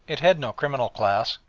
it had no criminal class,